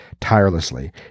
tirelessly